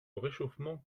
réchauffement